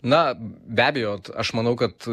na be abejo aš manau kad